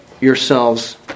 yourselves